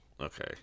Okay